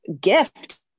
gift